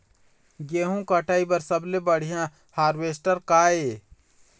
गेहूं कटाई बर सबले बढ़िया हारवेस्टर का ये?